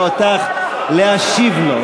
אני מעלה אותך להשיב לו,